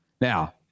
Now